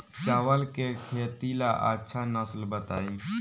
चावल के खेती ला अच्छा नस्ल बताई?